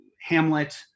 hamlet